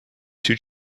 two